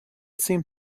seemed